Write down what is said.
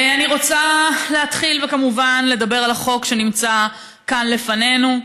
אני רוצה להתחיל וכמובן לדבר על החוק שנמצא כאן לפנינו.